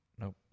nope